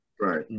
right